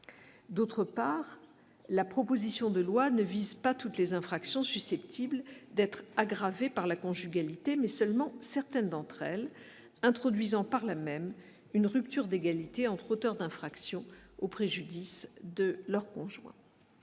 d'autre part, la proposition de loi ne vise pas toutes les infractions susceptibles d'être aggravées par la conjugalité mais seulement certaines d'entre elles, introduisant par là même une rupture d'égalité entre auteurs d'infractions au préjudice de leur conjoint